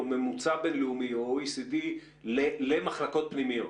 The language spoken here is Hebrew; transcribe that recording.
ממוצע בין-לאומי או ב-OECD למחלקות פנימיות,